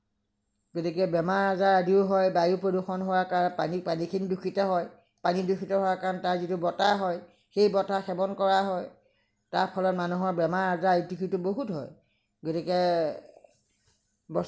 গতিকে বেমাৰ আজাৰ আদিও হয় বায়ু প্ৰদূষণ হোৱাৰ কাৰণে পানী পানীখিনি দূষিত হয় পানী দূষিত হোৱাৰ কাৰণে তাৰ যিটো বতাহ হয় সেই সেৱন কৰা হয় তাৰফলত মানুহৰ বেমাৰ আজাৰ ইটো সিটো বহুত হয় গতিকে